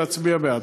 להצביע בעד.